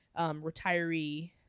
retiree